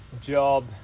job